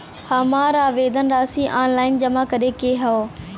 हमार आवेदन राशि ऑनलाइन जमा करे के हौ?